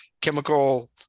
chemical